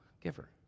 giver